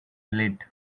late